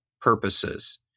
purposes